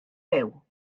fyw